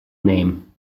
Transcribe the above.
name